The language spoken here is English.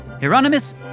Hieronymus